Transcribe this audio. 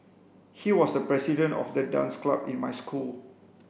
he was the president of the dance club in my school